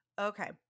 Okay